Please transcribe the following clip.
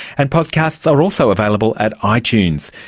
and podcasts are also available at ah itunes.